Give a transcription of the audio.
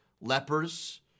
lepers